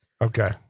Okay